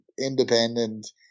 independent